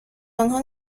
آنها